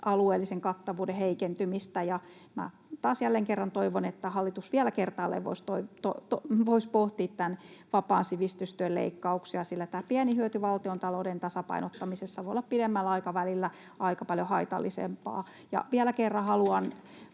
alueellisen kattavuuden heikentymistä. Minä taas jälleen kerran toivon, että hallitus vielä kertaalleen voisi pohtia vapaan sivistystyön leikkauksia, sillä tämä pieni hyöty valtiontalouden tasapainottamisessa voi olla pidemmällä aikavälillä aika paljon haitallisempaa. Ja vielä kerran haluan